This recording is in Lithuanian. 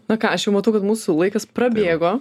na ką aš jau matau kad mūsų laikas prabėgo